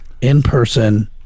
in-person